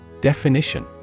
Definition